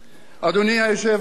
אדוני היושב-ראש,